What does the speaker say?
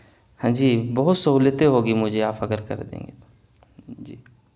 ہاں جی بہت سہولتیں ہوگی مجھے آپ اگر کر دیں گے تو جی